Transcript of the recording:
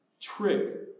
trick